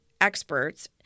experts